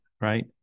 right